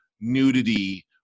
nudity